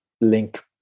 link